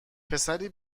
پسری